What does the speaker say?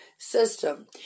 system